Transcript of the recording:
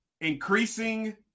increasing